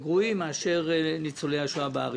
נמוך ותנאים יותר גרועים מאלה של ניצולי השואה בארץ.